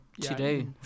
today